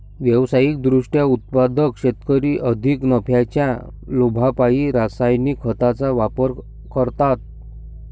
व्यावसायिक दृष्ट्या उत्पादक शेतकरी अधिक नफ्याच्या लोभापायी रासायनिक खतांचा वापर करतात